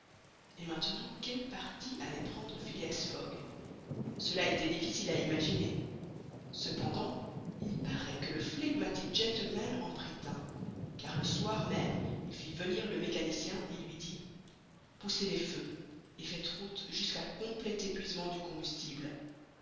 et maintenant quel parti allait prendre phileas fogg cela était difficile à imaginer cependant il paraît que le flegmatique gentleman en prit un car le soir même il fit venir le mécanicien et lui dit poussez les feux et faites route jusqu'à complet épuisement du combustible